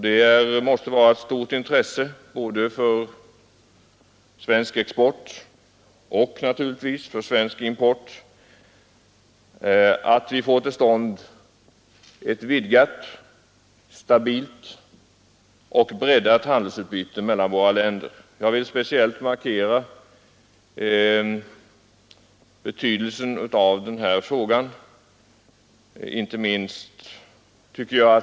Det måste vara av stort intresse för svensk export och naturligtvis även för svensk import att vi får till stånd ett vidgat, stabilt och breddat handelsutbyte mellan våra länder. Jag vill speciellt markera betydelsen av denna fråga.